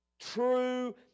true